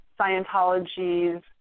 Scientology's